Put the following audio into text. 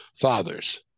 fathers